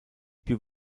più